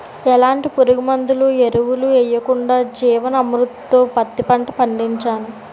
ఎలాంటి పురుగుమందులు, ఎరువులు యెయ్యకుండా జీవన్ అమృత్ తో పత్తి పంట పండించాను